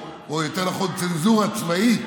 או יותר נכון הצנזורה הצבאית,